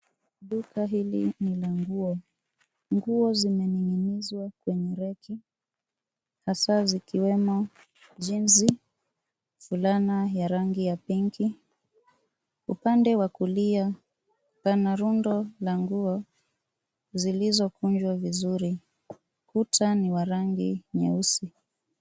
Duka hili ni la nguo. Nguo zimening'inizwa kwenye reki hasa zikiwemo jinzi, fulana ya rangi ya pinki. Upande wa kulia, pana rundo la nguo zilizokunjwa vizuri. Ukuta ni wa rangi nyeusi.